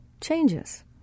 changes